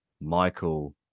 Michael